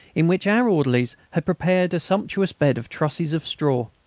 in which our orderlies had prepared a sumptuous bed of trusses of straw.